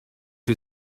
who